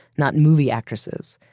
not movie actresses.